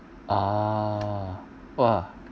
oh !wah!